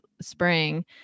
spring